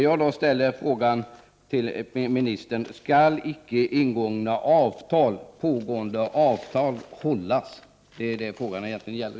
Jag ställer frågan till ministern: Skall icke ingångna och pågående avtal hållas? Det är detta frågan gäller.